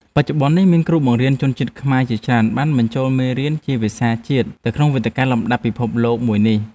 បច្ចុប្បន្ននេះមានគ្រូបង្រៀនជនជាតិខ្មែរជាច្រើនបានបញ្ចូលមេរៀនជាភាសាជាតិទៅក្នុងវេទិកាលំដាប់ពិភពលោកមួយនេះ។